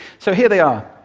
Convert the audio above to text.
so here they are,